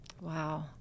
Wow